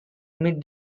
mid